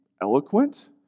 eloquent